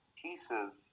pieces